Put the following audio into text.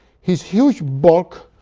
his huge bulk,